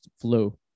flu